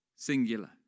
singular